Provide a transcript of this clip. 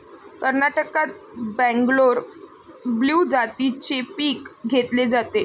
कर्नाटकात बंगलोर ब्लू जातीचे पीक घेतले जाते